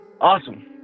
Awesome